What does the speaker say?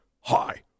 Hi